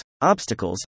obstacles